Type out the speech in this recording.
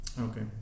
Okay